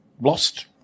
lost